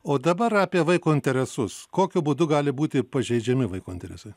o dabar apie vaiko interesus kokiu būdu gali būti pažeidžiami vaiko interesai